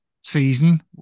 season